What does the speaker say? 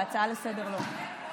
בהצעה לסדר-היום לא.